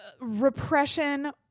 repression